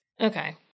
Okay